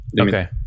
Okay